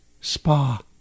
Spa